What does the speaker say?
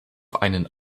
einen